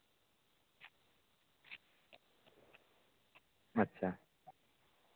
ᱟᱪᱪᱷᱟ